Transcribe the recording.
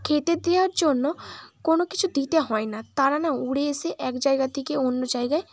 খেতে দেওয়ার জন্য কোনো কিছু দিতে হয় না তারা না উড়ে এসে এক জায়গা থেকে অন্য জায়গায়